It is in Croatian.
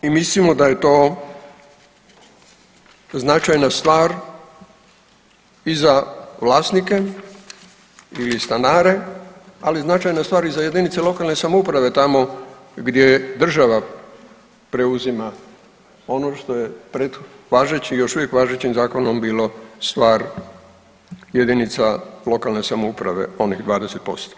I mislimo da je to značajna stvar i za vlasnike ili stanare ali i značajna stvar i za jedinice lokalne samouprave tamo gdje država preuzima ono što je pret važeći još uvijek važećim zakonom bilo stvar jedinica lokalne samouprave onih 20%